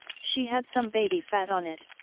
she had some baby fat on it,